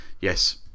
Yes